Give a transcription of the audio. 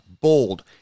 bold